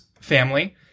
family